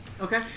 Okay